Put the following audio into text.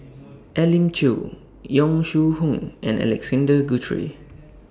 Elim Chew Yong Shu Hoong and Alexander Guthrie